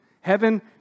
heaven